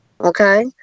Okay